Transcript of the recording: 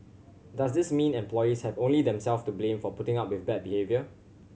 does this mean employees have only themselves to blame for putting up with bad behaviour